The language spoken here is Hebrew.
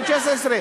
בן 16,